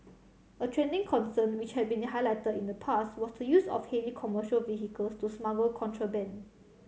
a trending concern which had been highlighted in the past was the use of heavy commercial vehicles to smuggle contraband